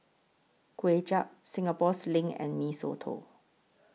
Kway Chap Singapore Sling and Mee Soto